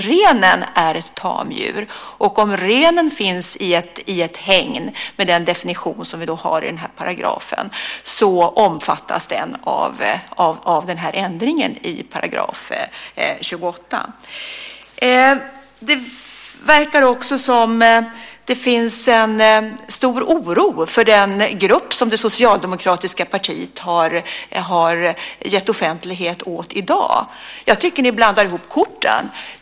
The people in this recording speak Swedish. Renen är ett tamdjur, och om renen finns i ett hägn, med den definition som vi har i denna paragraf, så omfattas den av denna ändring av § 28. Det verkar också som om det finns en stor oro för den grupp som det socialdemokratiska partiet har gett offentlighet åt i dag. Jag tycker att ni blandar ihop korten.